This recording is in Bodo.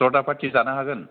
जरदा फाथि जानो हागोन